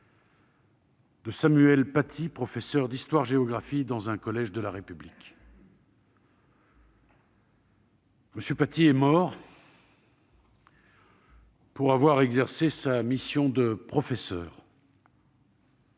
de Samuel Paty, professeur d'histoire-géographie dans un collège de la République. Samuel Paty est mort pour avoir exercé sa mission de professeur.